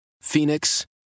Phoenix